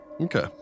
Okay